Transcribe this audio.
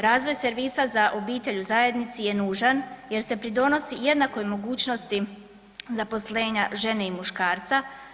Razvoj servisa za obitelj u zajednici je nužan jer se pridonosi jednakoj mogućnosti zaposlenja žene i muškarca.